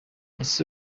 ese